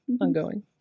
Ongoing